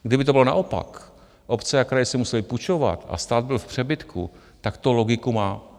Kdyby to bylo naopak, obce a kraje si musely půjčovat a stát byl v přebytku, tak to logiku má.